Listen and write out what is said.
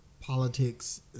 politics